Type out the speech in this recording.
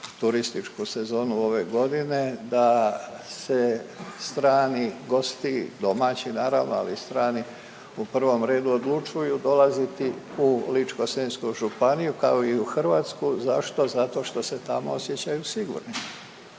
turističku sezonu ove godine, da se strani gosti, domaći naravno ali i strani u prvom redu odlučuju dolaziti u Ličko-senjsku županiju kao i u Hrvatsku. Zašto? Zato što se tamo osjećaju sigurnim.